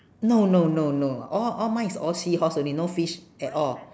no no no no all all mine is all seahorse only no fish at all